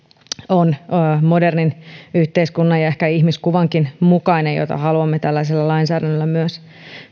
on modernin yhteiskunnan ja ehkä sen ihmiskuvankin mukainen jota haluamme tällaisella lainsäädännöllä myös